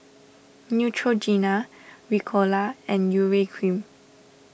Neutrogena Ricola and Urea Cream